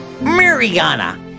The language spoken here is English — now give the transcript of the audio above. Mariana